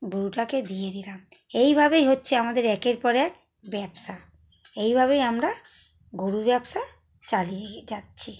গোরুটাকে দিয়ে দিলাম এইভাবেই হচ্ছে আমাদের একের পর এক ব্যবসা এইভাবেই আমরা গোরু ব্যবসা চালিয়ে যাচ্ছি